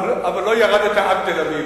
אבל לא ירדת עד תל-אביב,